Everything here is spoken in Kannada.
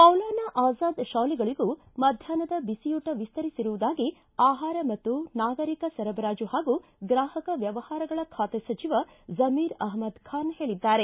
ಮೌಲಾನಾ ಆಜಾದ್ ಶಾಲೆಗಳಗೂ ಮಧ್ಯಾಹ್ನದ ಬಿಸಿಯೂಟ ವಿಸ್ತರಿಸಿರುವುದಾಗಿ ಆಹಾರ ಮತ್ತು ನಾಗರೀಕ ಸರಬರಾಜು ಹಾಗೂ ಗ್ರಾಹಕ ವ್ಯವಹಾರಗಳ ಖಾತೆ ಸಚಿವ ಜಮೀರ್ ಅಹ್ಲದ್ ಖಾನ್ ಹೇಳಿದ್ದಾರೆ